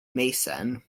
mason